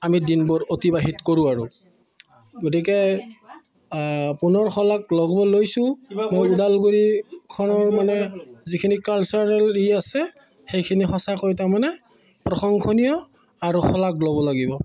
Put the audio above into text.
আমি দিনবোৰ অতিবাহিত কৰোঁ আৰু গতিকে পুনৰ শলাগ ল'ব লৈছোঁ মই ওদালগুৰিখনৰ মানে যিখিনি কালচাৰেল ই আছে সেইখিনি সঁচাকৈ তাৰমানে প্ৰশংসনীয় আৰু শলাগ ল'ব লাগিব